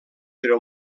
però